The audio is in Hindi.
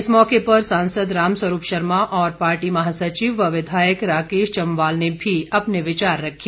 इस मौके पर सांसद रामस्वरूप शर्मा और पार्टी महासचिव व विधायक राकेश जम्वाल ने भी अपने विचार रखे